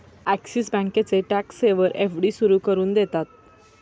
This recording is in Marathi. ॲक्सिस बँकेचे टॅक्स सेवर एफ.डी सुरू करून देतात